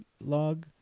Log